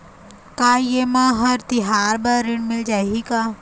का ये मा हर तिहार बर ऋण मिल जाही का?